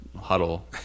huddle